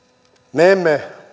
me emme